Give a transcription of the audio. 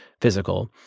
physical